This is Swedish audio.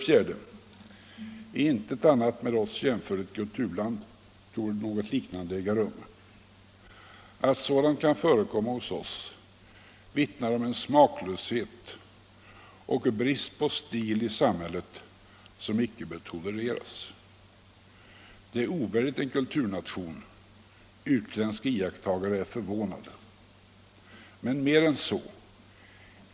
I intet annat med oss jämförligt kulturland torde något liknande äga rum. Att sådant kan förekomma hos oss vittnar om en smaklöshet och brist på stil i samhället som icke bör tolereras. Det är ovärdigt en kulturnation. Utländska iakttagare är förvånade. Men mer än så.